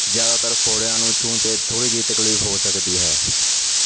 ਜ਼ਿਆਦਾਤਰ ਫੋੜਿਆਂ ਨੂੰ ਛੂਹਣ 'ਤੇ ਥੋੜ੍ਹੀ ਜਿਹੀ ਤਕਲੀਫ ਹੋ ਸਕਦੀ ਹੈ